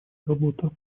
работа